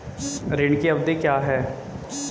ऋण की अवधि क्या है?